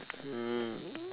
um